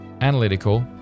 analytical